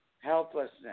helplessness